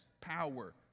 power